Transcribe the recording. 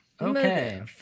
Okay